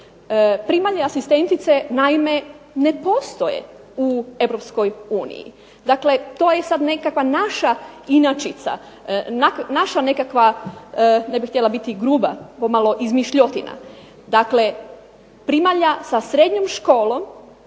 Primalje asistentice naime ne postoje u Europskoj uniji. Dakle, to je sad nekakva naša inačica, naša nekakva ne bih htjela biti grupa pomalo izmišljotina. Dakle, primalja sa srednjom školom,